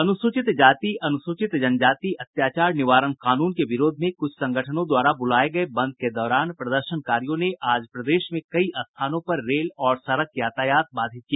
अनुसूचित जाति जनजाति अत्याचार निवारण कानून के विरोध में कुछ सगंठनों द्वारा बुलाये गये बंद के दौरान प्रदर्शनकारियों ने आज प्रदेश में कई स्थानों पर रेल और सड़क यातायात बाधित किया